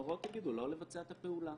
ההוראות יגידו לא לבצע את הפעולה.